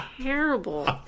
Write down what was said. terrible